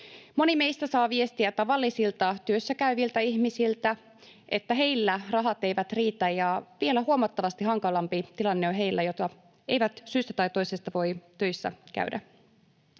Moni meistä saa viestiä tavallisilta työssäkäyviltä ihmisiltä, että heillä rahat eivät riitä, ja vielä huomattavasti hankalampi tilanne on heillä, jotka eivät syystä tai toisesta voi käydä